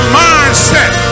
mindset